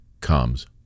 comes